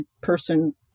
person